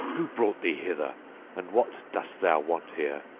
who brought thee hither and what dost thou want here?